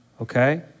okay